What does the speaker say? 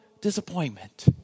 disappointment